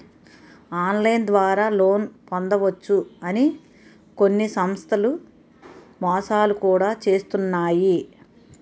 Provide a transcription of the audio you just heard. online ద్వారా loan పొందవచ్చు అని కొన్ని సంస్థలు మోసాలు కూడా చేస్తున్నాయి